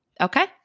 okay